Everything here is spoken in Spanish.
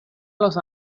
los